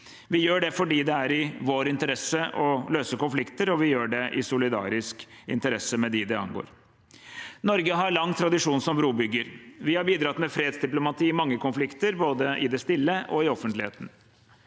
Vi gjør det fordi det er i vår interesse å løse konflikter, og vi gjør det i solidarisk interesse med dem det angår. Norge har lang tradisjon som brobygger. Vi har bidratt med fredsdiplomati i mange konflikter både i det stille og i offentligheten.